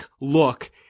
look